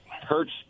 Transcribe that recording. hurts